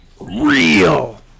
real